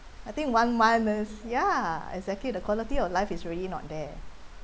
I think one month is ya exactly the quality of life is already not